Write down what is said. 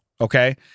okay